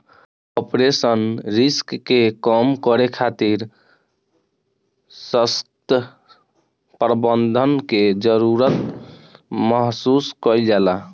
operational risk के कम करे खातिर ससक्त प्रबंधन के जरुरत महसूस कईल जाला